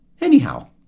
Anyhow